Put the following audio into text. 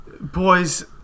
Boys